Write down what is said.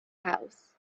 house